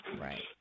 Right